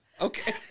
Okay